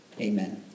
Amen